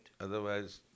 Otherwise